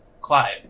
Clive